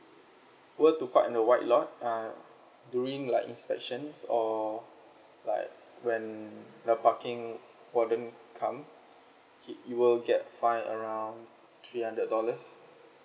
were to park in the white lot uh during like inspections or like when the parking warden comes it you will get fine around three hundred dollars